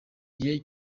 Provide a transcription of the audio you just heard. gihe